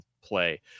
play